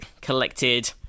Collected